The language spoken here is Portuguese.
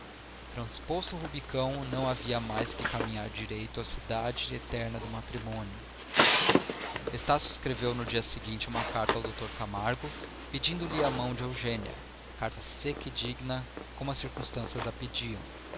transposto o ubicão não havia mais que caminhar direito à cidade eterna do matrimônio estácio escreveu no dia seguinte uma carta ao dr camargo pedindo-lhe a mão de eugênia carta seca e digna como as circunstâncias a pediam